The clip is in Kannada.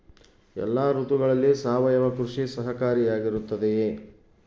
ಎಲ್ಲ ಋತುಗಳಲ್ಲಿ ಸಾವಯವ ಕೃಷಿ ಸಹಕಾರಿಯಾಗಿರುತ್ತದೆಯೇ?